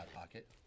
pocket